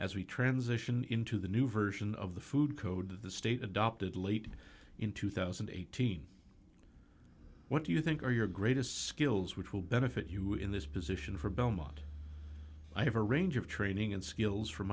as we transition into the new version of the food code that the state adopted late in two thousand and eighteen what do you think are your greatest skills which will benefit you in this position for belmont i have a range of training and skills from